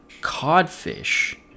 codfish